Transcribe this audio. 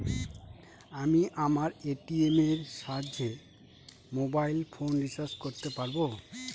আমি আমার এ.টি.এম এর সাহায্যে মোবাইল ফোন রিচার্জ করতে পারব?